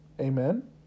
Amen